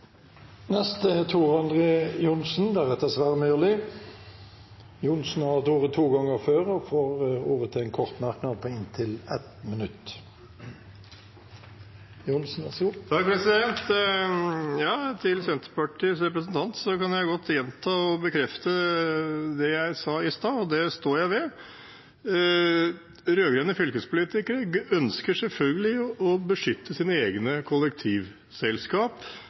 er det. Representanten Tor André Johnsen har hatt ordet to ganger tidligere og får ordet til en kort merknad, begrenset til 1 minutt. Til Senterpartiets representant kan jeg godt gjenta og bekrefte det jeg sa i sted, og det står jeg ved: Rød-grønne fylkespolitikere ønsker selvfølgelig å beskytte sine egne